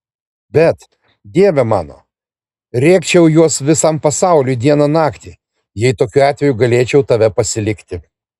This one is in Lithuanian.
bet dieve mano rėkčiau juos visam pasauliui dieną naktį jei tokiu atveju galėčiau tave pasilikti